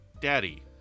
Daddy